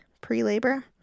pre-labor